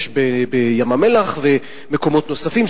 בים המלח ובמקומות נוספים.